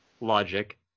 logic